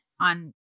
on